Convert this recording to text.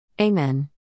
Amen